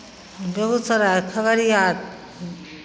Begusarai Khagaria